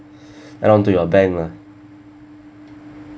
add on to your bank lah